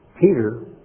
Peter